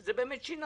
וזה באמת שינה